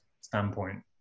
standpoint